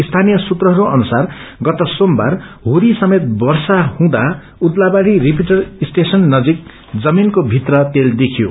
सीनीय सूत्रहरू अनुसार गत सोमबार हूरी समेत वर्षा हुँदा उदलाबाड़ी रिपिटर स्टेशन नजिक जर्मानको भित्र तेल देखियो